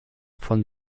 von